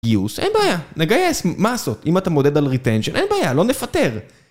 גיוס, אין בעיה, נגייס, מה לעשות? אם אתה מודד על ריטנצ'ן, אין בעיה, לא נפטר.